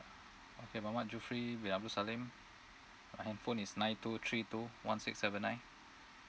okay muhammad jufri bin abu salim my handphone is nine two three two one six seven nine